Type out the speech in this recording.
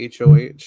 HOH